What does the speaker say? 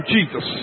Jesus